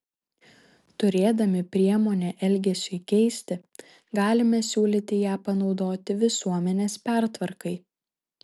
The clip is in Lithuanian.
turėdami priemonę elgesiui keisti galime siūlyti ją panaudoti visuomenės pertvarkai